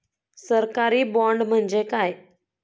सरकारी बाँड म्हणजे काय?